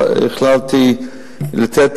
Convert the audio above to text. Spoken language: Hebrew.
החלטתי לתת,